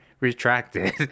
retracted